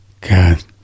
God